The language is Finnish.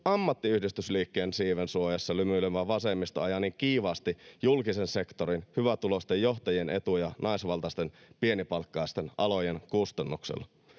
ammattiyhdistysliikkeen siiven suojassa lymyilevä vasemmisto ajaa niin kiivaasti julkisen sektorin hyvätuloisten johtajien etuja naisvaltaisten pienipalkkaisten alojen kustannuksella?